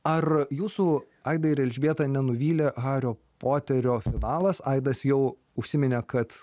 ar jūsų aidai ir elžbieta nenuvylė hario poterio finalas aidas jau užsiminė kad